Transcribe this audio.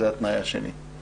שזה התנאי השני.